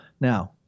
Now